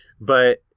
But-